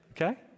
okay